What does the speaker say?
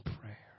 prayer